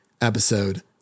episode